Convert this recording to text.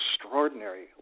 extraordinary